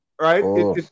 right